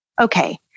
Okay